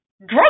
drug